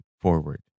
forward